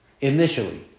initially